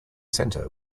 centre